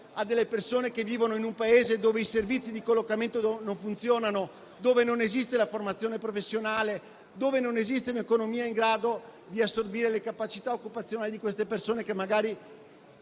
a persone che vivono in un Paese dove i servizi di collocamento non funzionano; dove non esistono una formazione professionale e un'economia in grado di assorbire le capacità occupazionali di persone che magari,